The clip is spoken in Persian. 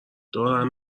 دارم